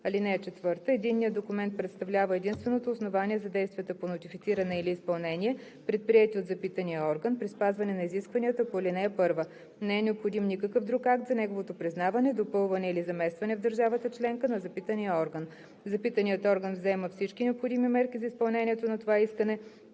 територия. (4) Единният документ представлява единственото основание за действията по нотифициране или изпълнение, предприети от запитания орган, при спазване на изискванията по ал. 1. Не е необходим никакъв друг акт за неговото признаване, допълване или заместване в държавата членка на запитания орган. Запитаният орган взема всички необходими мерки за изпълнението на това искане,